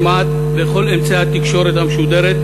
כמעט בכל אמצעי התקשורת המשודרת,